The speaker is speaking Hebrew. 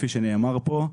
כפי שנאמר פה.